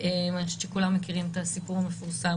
אני חושבת שכולם מכירים את הסיפור המפורסם